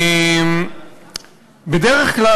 בדרך כלל,